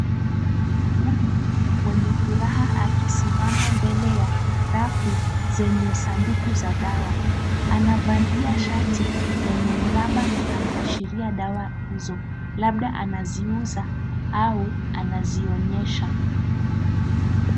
Mwanaume mwenye furaha akisimama mbele ya rafu zenye sanduku za dawa. Anavalia shati lenye mraba na anaashiria dawa hizo. Labda anaziuza au anazionyesha.